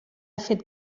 fet